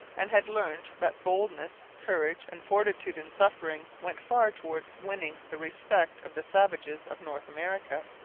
and had learned that boldness, courage, and fortitude in suffering went far towards winning the respect of the savages of north america.